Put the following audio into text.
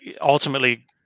ultimately